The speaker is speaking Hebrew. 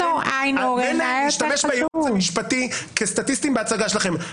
באמת, להשתמש בייעוץ המשפטי כסטטיסטים בהצגה שלכם.